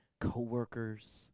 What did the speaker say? co-workers